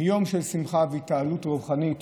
מיום של שמחה והתעלות רוחנית